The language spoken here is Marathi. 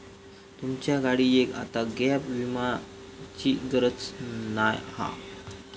तुमच्या गाडियेक आता गॅप विम्याची गरज नाय हा